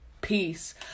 Peace